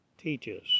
teaches